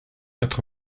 être